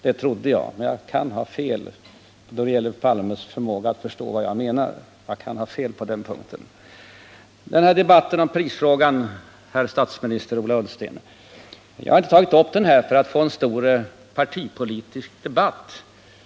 Det trodde jag, men jag kan ha fel då det gäller Olof Palmes förmåga att förstå vad jag menar. Jag har inte tagit upp debatten om prisfrågan, herr statsminister Ola Ullsten, för att få en stor partipolitisk debatt.